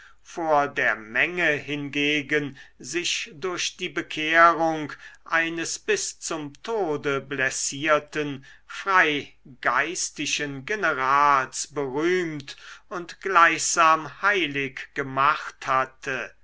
vor der menge hingegen sich durch die bekehrung eines bis zum tode blessierten freigeistischen generals berühmt und gleichsam heilig gemacht hatte